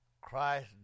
Christ